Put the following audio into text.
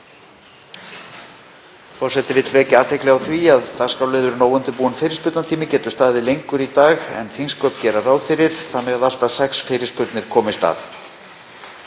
Forseti vill vekja athygli á því að dagskrárliðurinn um óundirbúinn fyrirspurnatíma getur staðið lengur í dag en þingsköp gera ráð fyrir þannig að allt að sex fyrirspurnir komist að.